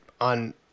on